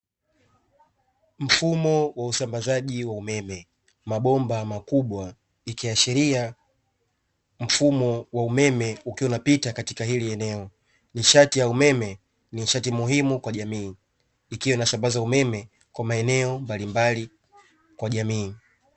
Mfumo wa usambazaji wa umeme, mabomba makubwa ikiashiria mfumo wa umeme ukiwa unapita katika hili eneo, nishati ya umeme ni nishati muhimu kwa jamii ikiwa inasambaza umeme kwa maeneo mbalimbali kwa jamii.